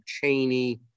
Cheney